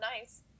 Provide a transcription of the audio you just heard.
nice